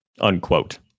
Unquote